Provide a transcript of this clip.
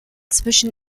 zwischen